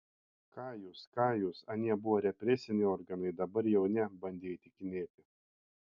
ką jūs ką jūs anie buvo represiniai organai dabar jau ne bandė įtikinėti